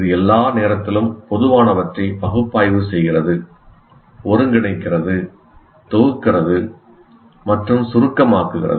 இது எல்லா நேரத்திலும் பொதுவானவற்றைப் பகுப்பாய்வு செய்கிறது ஒருங்கிணைக்கிறது தொகுக்கிறது மற்றும் சுருக்கமாக்குகிறது